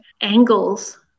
angles